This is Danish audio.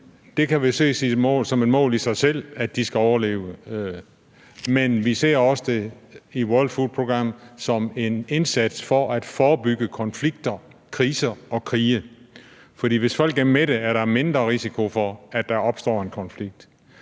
Det kan ses som et mål i sig selv, at de skal overleve, men vi ser det også i World Food Programme som en indsats for at forebygge konflikter, kriser og krige, fordi hvis folk er mætte, er der mindre risiko for, at der opstår en konflikt,